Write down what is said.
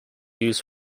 used